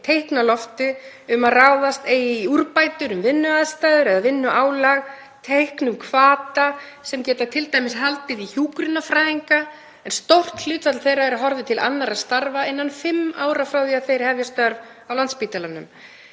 teikn á lofti um að ráðast í úrbætur hvað varðar vinnuaðstæður eða vinnuálag, teikn um hvata sem geta t.d. haldið í hjúkrunarfræðinga en stórt hlutfall þeirra er horfinn til annarra starfa innan fimm ára frá því að þeir hefja störf á Landspítalanum.